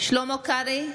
שלמה קרעי,